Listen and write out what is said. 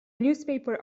newspaper